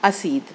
اسید